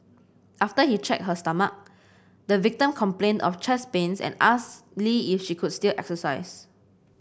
after he checked her stomach the victim complained of chest pains and asked Lee if she could still exercise